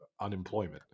unemployment